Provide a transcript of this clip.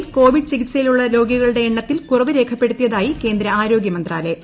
ഇന്തൃയിൽ കോവിഡ് ചികിത്സയിലുള്ള രോഗികളുടെ എണ്ണത്തിൽ കുറവ് ് രേഖപ്പെടുത്തിയതായി കേന്ദ്ര ആരോഗ്യമന്ത്രാലയം